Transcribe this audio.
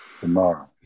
tomorrow